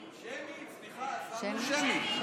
שמית, סליחה, שמנו שמית.